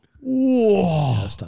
Whoa